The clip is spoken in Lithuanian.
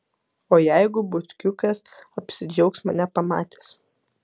o jeigu butkiukas apsidžiaugs mane pamatęs